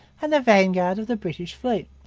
and the vanguard of the british fleet.